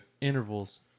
Intervals